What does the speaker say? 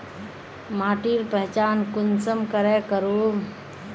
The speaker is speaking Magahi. माटिर पहचान कुंसम करे करूम?